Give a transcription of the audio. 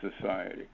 society